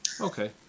Okay